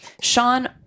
Sean